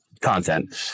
content